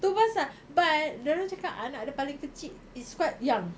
tu pasal but dia orang cakap anak dia paling kecil is quite young